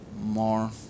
more